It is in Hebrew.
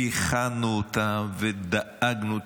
והכנו אותם ודאגנו,